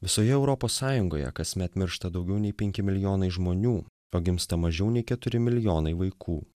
visoje europos sąjungoje kasmet miršta daugiau nei penki milijonai žmonių o gimsta mažiau nei keturi milijonai vaikų